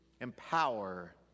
empower